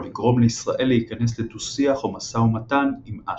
לגרום לישראל להיכנס לדו-שיח או משא ומתן עם אש"ף.